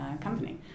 company